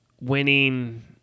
winning